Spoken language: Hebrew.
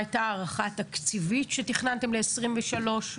מה היתה הערכה התקציבית שתכננתם ל-23'?